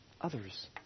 others